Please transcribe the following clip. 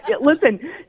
listen